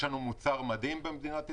יש לנו מוצר מדהים במדינת ישראל.